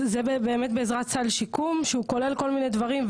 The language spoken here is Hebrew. זה בעזרת סל שיקום שכולל כל מיני דברים,